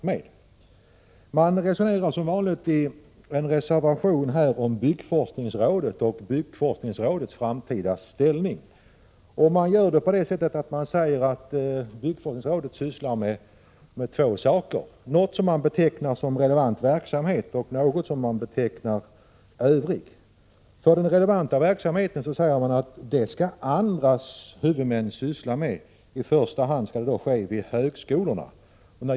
Som vanligt reserverar sig moderaterna vad gäller byggforskningsrådet och dess framtida ställning. Man framställer det så att byggforskningsrådet sysslar med två saker, något som man betecknar som ”relevant verksamhet” och något som betecknas som ”övrigt”. Den relevanta verksamheten anser man att andra huvudmän skall syssla med, i första hand högskolorna.